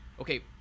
okay